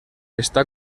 està